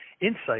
insight